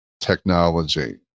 technology